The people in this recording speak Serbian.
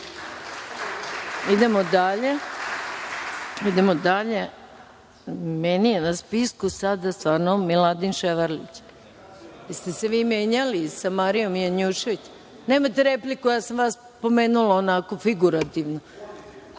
Hvala. Idemo dalje. Meni je na spisku sada stvarno Miladin Ševarlić. Jeste li se vi menjali sa Marijom Janjušević? Nemate repliku. Ja sam vas pomenula onako figurativno,